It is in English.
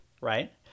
right